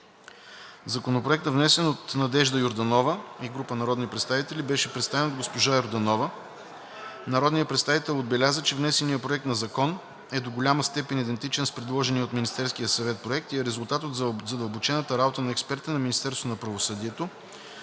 Законопроектът, внесен от Надежда Георгиева Йорданова и група народни представители, беше представен от госпожа Йорданова. Народният представител отбеляза, че внесеният проект на закон е до голяма степен идентичен с предложения от Министерския съвет проект и е резултат от задълбочената работа на експертите на Министерството на правосъдието